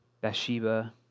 Bathsheba